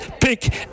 Pick